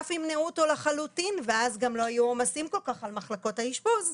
יום שנועדות לקטינים בלבד כשבעצם הבת שלי עוד שלושה חודשים לדוגמה,